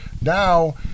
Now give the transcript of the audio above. Now